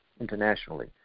internationally